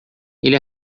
ele